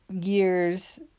years